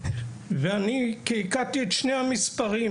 ואני קעקעתי את שני המספרים,